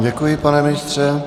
Děkuji vám, pane ministře.